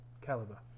caliber